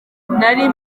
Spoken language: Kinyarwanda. nari